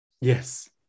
Yes